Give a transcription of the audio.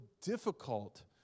difficult